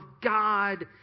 God